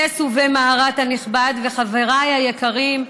קייס וובה מהרט הנכבד וחבריי היקרים,